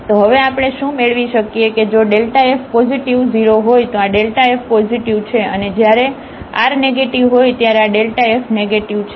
તો હવે આપણે શું મેળવી શકીએ કે જો f પોઝિટિવ 0 હોય તો આ f પોઝિટિવ છે અને જ્યારે r નેગેટિવ હોય ત્યારે આ f નેગેટીવ છે